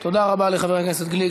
תודה רבה לחבר הכנסת גליק.